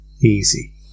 Easy